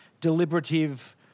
deliberative